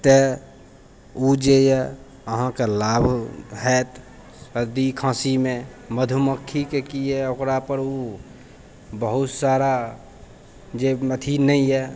तऽ उ जे यऽ अहाँके लाभ होयत सर्दी खाँसीमे मधुमक्खीके की यऽ ओकरापर उ बहुत सारा जे अथी नहि यऽ